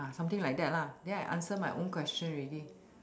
uh something like that lah then I answer my own question ready